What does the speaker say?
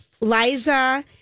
liza